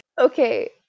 Okay